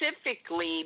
specifically